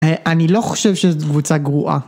אני לא חושב שזה קבוצה גרועה.